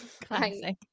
Classic